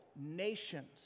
nations